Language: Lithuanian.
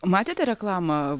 matėte reklamą